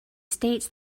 states